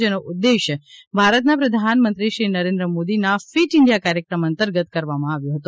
જેનો ઉદ્દેશ્ય ભારતના પ્રધાનમંત્રી શ્રી નરેન્દ્ર મોદીના ફિટ ઇન્ડિયા કાર્યક્રમ અંતર્ગત કરવામાં આવ્યો હતો